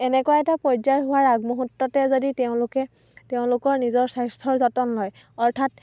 এনেকুৱা এটা পৰ্যায় হোৱাৰ আগমুহুৰ্ততে যদি তেওঁলোকে তেওঁলোকৰ নিজৰ স্বাস্থ্যৰ যতন লয় অৰ্থাৎ